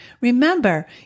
Remember